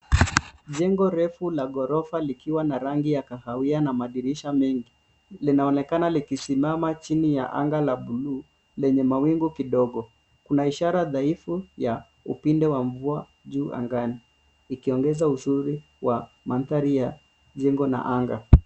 Jengo refu la ghorofa likiwa na rangi ya kahawia na madirisha mengi. Linaonekana likisimama chini ya anga la bluu lenye mawingu kidogo. Kuna ishara dhaifu ya upinde wa mvua juu angani ikiongeza uzuri wa mandhari ya jengo na anga.